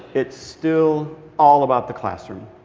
it's still all about the classroom.